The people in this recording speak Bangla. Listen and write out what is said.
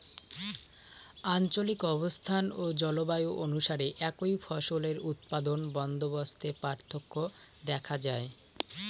আঞ্চলিক অবস্থান ও জলবায়ু অনুসারে একই ফসলের উৎপাদন বন্দোবস্তে পার্থক্য দেখা যায়